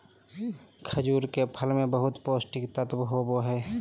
खजूर के फल मे बहुत पोष्टिक तत्व होबो हइ